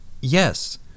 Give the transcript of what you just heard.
yes